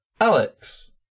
Alex